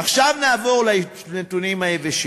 עכשיו נעבור לנתונים היבשים.